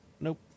nope